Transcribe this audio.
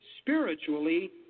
spiritually